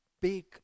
big